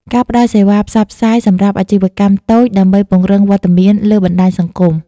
ការផ្តល់សេវាផ្សព្វផ្សាយ សម្រាប់អាជីវកម្មតូចដើម្បីពង្រឹងវត្តមានលើបណ្តាញសង្គម។